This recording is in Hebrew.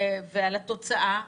ועל התוצאה.